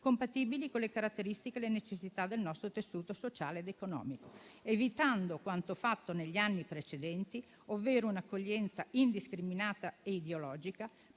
compatibili con le caratteristiche e le necessità del nostro tessuto sociale ed economico, evitando quanto fatto negli anni precedenti, ovvero un'accoglienza indiscriminata e ideologica,